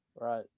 Right